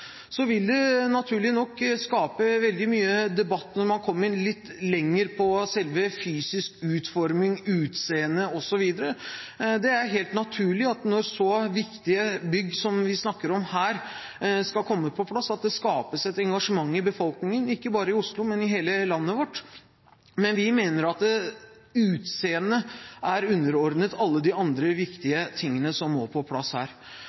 Så vil det naturlig nok skape veldig mye debatt når man kommer litt lengre på selve den fysiske utformingen, utseendet osv. Det er helt naturlig når så viktige bygg som vi snakker om her, skal komme på plass, at det skapes et engasjement i befolkningen – ikke bare i Oslo, men i hele landet vårt. Men vi mener at utseendet er underordnet alle de andre viktige tingene som må på plass her.